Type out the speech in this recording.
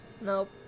Nope